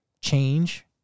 change